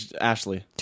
Ashley